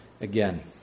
again